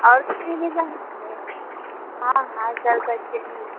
और कहीं भी जाना है हाँ हाँ चल सकते हैं